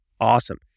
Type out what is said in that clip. awesome